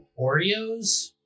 Oreos